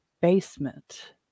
basement